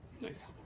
nice